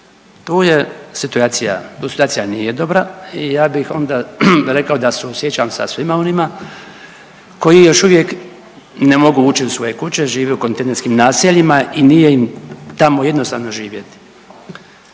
tu je situacija, situacija nije dobra i ja bih onda rekao da suosjećam sa svima onima koji još uvijek ne mogu ući u svoje kuće, žive u kontejnerskim naseljima i nije im tamo jednostavno živjeti.